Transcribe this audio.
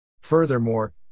Furthermore